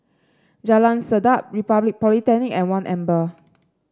Jalan Sedap Republic Polytechnic and One Amber